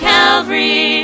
Calvary